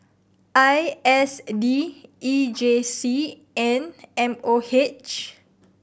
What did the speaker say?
I S D E J C and M O H